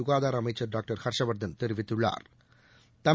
சுகாதார அமைச்சா் டாக்டர் ஹா்ஷ்வா்தன் தெரிவித்துள்ளாா்